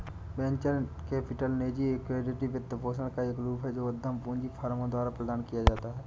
venture capital निजी equity वित्तपोषण का एक रूप है जो उद्यम पूंजी फर्मों द्वारा प्रदान किया जाता है